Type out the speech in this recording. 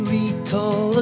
recall